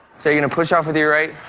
so gonna push off with your right